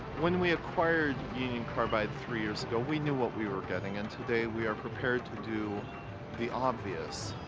when we acquired union carbide three years ago, we knew what we were getting, and today we are prepared to do the obvious.